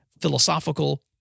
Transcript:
philosophical